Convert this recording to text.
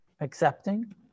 Accepting